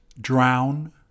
drown